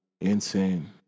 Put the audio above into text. Insane